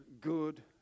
good